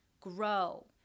grow